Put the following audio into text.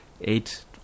eight